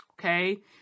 okay